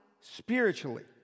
spiritually